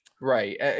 Right